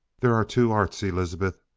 there are two arts, elizabeth.